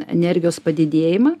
energijos padidėjimą